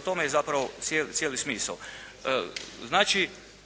tome je zapravo cijeli smisao. Znači,